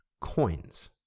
coins